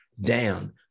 down